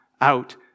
out